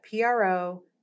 PRO